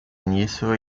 nisso